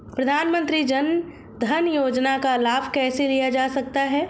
प्रधानमंत्री जनधन योजना का लाभ कैसे लिया जा सकता है?